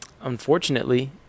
unfortunately